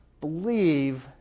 believe